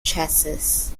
chassis